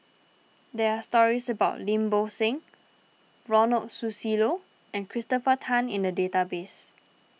there are stories about Lim Bo Seng Ronald Susilo and Christopher Tan in the database